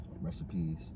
recipes